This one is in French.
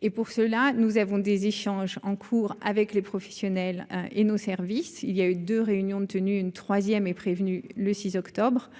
et pour cela, nous avons des échanges en cours avec les professionnels et nos services, il y a eu 2 réunions de tenues une troisième est prévenu, le 6 octobre